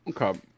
Okay